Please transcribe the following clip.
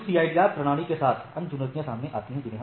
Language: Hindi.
परंतु CIDR प्रणाली के साथ अन्य चुनौतियां सामने आती हैं